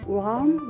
warm